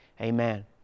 Amen